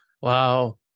Wow